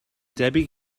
debyg